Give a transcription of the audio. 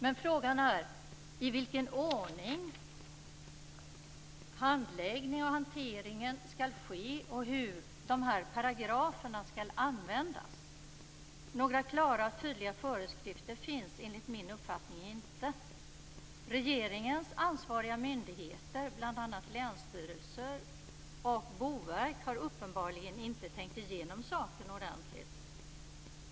Men frågan är i vilken ordning handläggning och hantering skall ske och hur dessa paragrafer skall användas. Några klara och tydliga föreskrifter finns enligt min uppfattning inte. Regeringens ansvariga myndigheter, bl.a. länsstyrelserna och Boverket, har uppenbarligen inte tänkt igenom saken ordentligt.